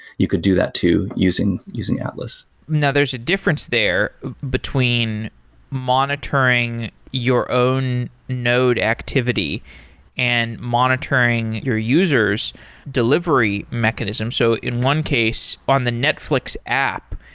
you could do that too using using atlas now there's a difference there between monitoring your own node activity and monitoring your user s delivery mechanism. so in one case on the netflix app,